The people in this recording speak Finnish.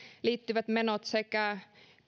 liittyvät menot sekä